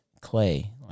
Clay